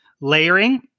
layering